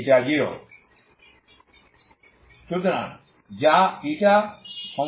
যা η সমান 0